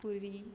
पुरी